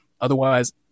Otherwise